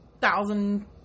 thousand